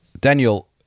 Daniel